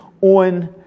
on